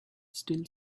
still